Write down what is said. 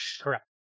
Correct